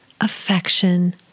affection